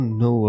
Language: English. no